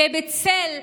ובצל,